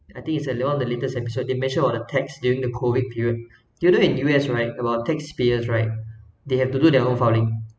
I think it's the latest episode they mentioned of the tax during the COVID period you know in U_S right about taxpayers right they have to do their own filing